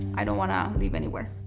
i don't want to leave anywhere.